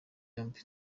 yombi